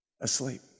asleep